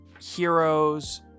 Heroes